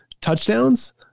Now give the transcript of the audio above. touchdowns